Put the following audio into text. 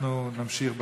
אנחנו נמשיך ברשימה.